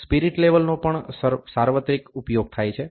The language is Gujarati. સ્પીરીટ લેવલનો પણ સાર્વત્રિક ઉપયોગ થાય છે